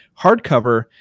hardcover